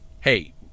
hey